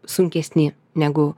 sunkesni negu